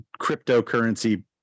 cryptocurrency